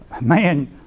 Man